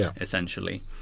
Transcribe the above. essentially